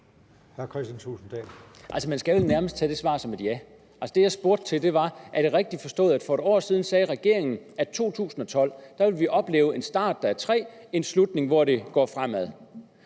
man skal vel nærmest tage det svar som et ja. Det, jeg spurgte til, var: Er det rigtigt forstået, at for et år siden sagde regeringen, at i 2012 ville vi opleve en start, som var træg, og en slutning, hvor det gik fremad?